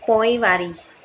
पोइवारी